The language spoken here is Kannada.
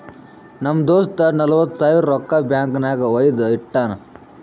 ನಮ್ ದೋಸ್ತ ನಲ್ವತ್ ಸಾವಿರ ರೊಕ್ಕಾ ಬ್ಯಾಂಕ್ ನಾಗ್ ವೈದು ಇಟ್ಟಾನ್